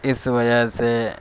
اس وجہ سے